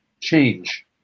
change